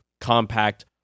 compact